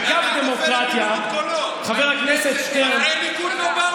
אגב, דמוקרטיה, הכנסת מעל לממשלה.